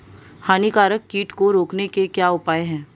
हानिकारक कीट को रोकने के क्या उपाय हैं?